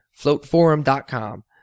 floatforum.com